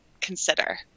consider